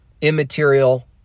immaterial